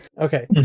Okay